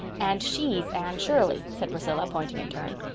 and she's anne shirley, said priscilla, pointing in turn.